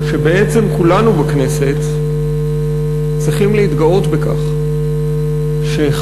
שבעצם כולנו בכנסת צריכים להתגאות בכך שחברת